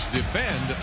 defend